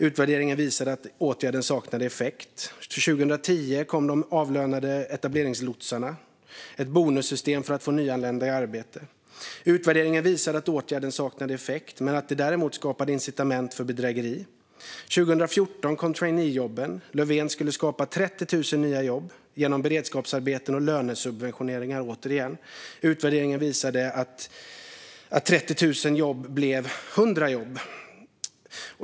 Utvärderingen visade att åtgärden saknade effekt. År 2010 kom de avlönade etableringslotsarna. Det var ett bonussystem för att få nyanlända i arbete. Utvärderingen visade att åtgärden saknade effekt, men det skapade däremot incitament för bedrägeri. År 2014 kom traineejobben. Löfven skulle skapa 30 000 nya jobb, återigen genom beredskapsjobb och lönesubventioneringar. Utvärderingen visade att 30 000 jobb blev 100 jobb.